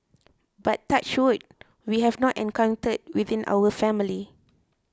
but touch wood we have not encountered within our family